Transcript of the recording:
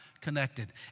connected